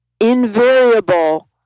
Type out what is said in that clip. invariable